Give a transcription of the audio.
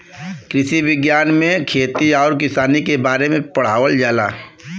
कृषि विज्ञान में खेती आउर किसानी के बारे में पढ़ावल जाला